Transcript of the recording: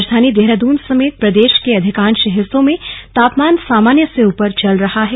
राजधानी देहरादून समेत प्रदेश के अधिकांश हिस्सों में तापमान सामान्य से ऊपर चल रहे हैं